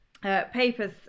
papers